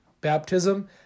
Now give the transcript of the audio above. Baptism